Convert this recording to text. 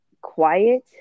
quiet